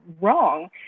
wrong